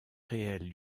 réel